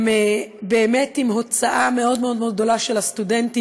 הם באמת עם הוצאה מאוד מאוד גדולה של הסטודנטים,